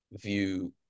view